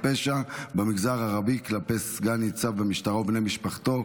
פשע במגזר הערבי כלפי סנ"צ במשטרה ובני משפחתו,